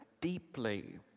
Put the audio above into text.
deeply